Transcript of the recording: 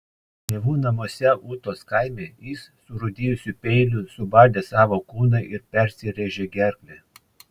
tėvų namuose ūtos kaime jis surūdijusiu peiliu subadė savo kūną ir persirėžė gerklę